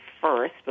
first